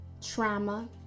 trauma